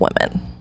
women